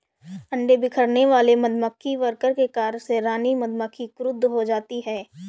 अंडे बिखेरने वाले मधुमक्खी वर्कर के कार्य से रानी मधुमक्खी क्रुद्ध हो जाती है